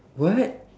what